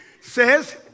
says